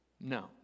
No